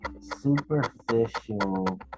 superficial